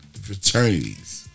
Fraternities